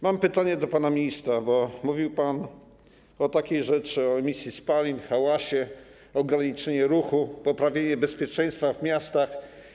Mam pytanie do pana ministra, bo mówił pan o takiej rzeczy, o emisji spalin, hałasie, ograniczeniu ruchu i poprawieniu bezpieczeństwa w miastach.